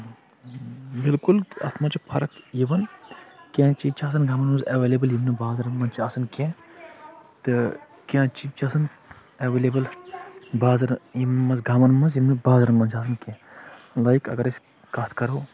بِالکُل اَتھ منٛز چھِ فرق یِوان کیٚنٛہہ چیٖز چھِ آسان گامَن منٛز اٮ۪ولیبٕل یِم نہٕ بازرن منٛز چھِ آسان کیٚنٛہہ تہٕ کیٚنٛہہ چیٖز چھِ آسان اٮ۪ولیبٕل بازرٕ یِمن منٛز گامَن منٛز یِم نہٕ بازرَن منٛز چھِ آسان کیٚنٛہہ لایک اَگرر أسۍ کتھ کرو